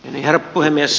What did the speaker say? herra puhemies